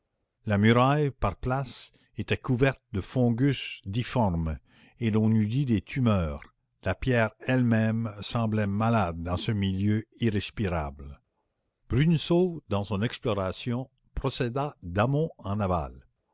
la muraille par places était couverte de fongus difformes et l'on eût dit des tumeurs la pierre elle-même semblait malade dans ce milieu irrespirable bruneseau dans son exploration procéda d'amont en aval